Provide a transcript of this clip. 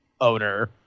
owner